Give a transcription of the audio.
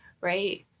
right